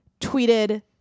tweeted